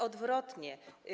Odwrotnie.